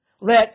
Let